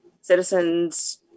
citizens